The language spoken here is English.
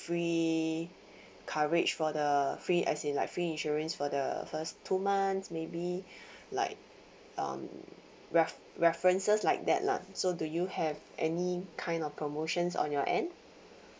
free coverage for the free as in like free insurance for the first two months maybe like um ref~ references like that lah so do you have any kind of promotions on your end